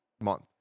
month